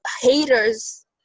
haters